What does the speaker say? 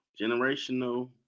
generational